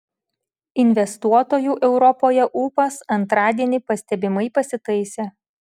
investuotojų europoje ūpas antradienį pastebimai pasitaisė